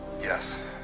yes